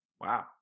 Wow